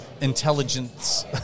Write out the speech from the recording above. intelligence